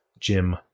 Jim